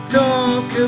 talk